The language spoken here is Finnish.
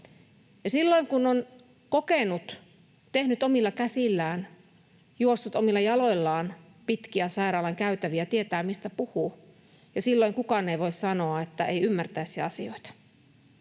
Silloin kun on kokenut, tehnyt omilla käsillään, juossut omilla jaloillaan pitkiä sairaalan käytäviä, tietää, mistä puhuu, ja silloin kukaan ei voi sanoa, että ei ymmärtäisi asioita.